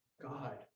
God